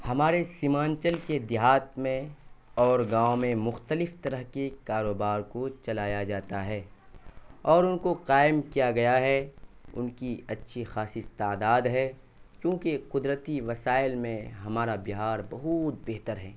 ہمارے سیمانچل کے دیہات میں اور گاؤں میں مختلف طرح کی کاروبار کو چلایا جاتا ہے اور ان کو قائم کیا گیا ہے ان کی اچھی خاصی تعداد ہے کیونکہ قدرتی وسائل میں ہمارا بہار بہت بہتر ہے